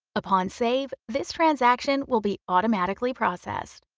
upon save this transaction will be automatically processed.